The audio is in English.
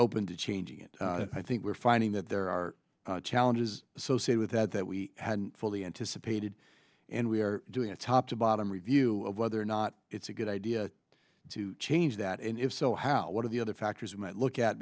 open to changing it i think we're finding that there are challenges associate with that that we hadn't fully anticipated and we are doing a top to bottom review of whether or not it's a good idea to change that and if so how what are the other factors we might look at